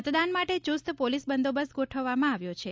મતદાન માટે ચુસ્ત પોલીસ બંદોબસ્ત ગોઠવવામાં આવ્યું છે